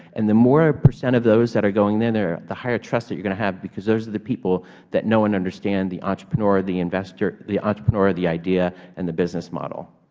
and the more percent of those that are going in there, the higher trust that you're going to have, because those are the people that know and understand the entrepreneur, the investor the entrepreneur, the idea, and the business model.